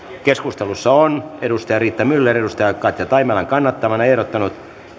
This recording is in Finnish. keskustelussa on riitta myller katja taimelan kannattamana ehdottanut